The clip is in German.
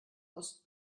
ost